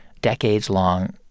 decades-long